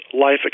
life